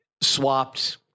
swapped